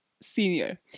Senior